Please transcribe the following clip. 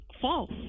false